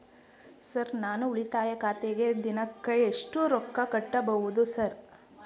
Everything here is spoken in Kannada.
ಸರ್ ನಾನು ಉಳಿತಾಯ ಖಾತೆಗೆ ದಿನಕ್ಕ ಎಷ್ಟು ರೊಕ್ಕಾ ಕಟ್ಟುಬಹುದು ಸರ್?